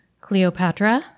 Cleopatra